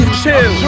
chill